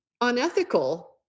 unethical